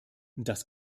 das